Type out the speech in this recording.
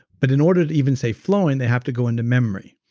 but in order to even say flowing they have to go into memory,